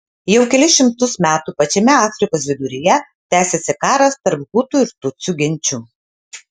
jau kelis šimtus metų pačiame afrikos viduryje tęsiasi karas tarp hutų ir tutsių genčių